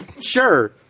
Sure